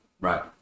Right